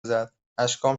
زد، اشکام